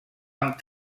amb